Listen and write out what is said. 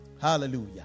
Hallelujah